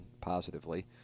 positively